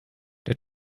der